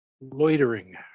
Loitering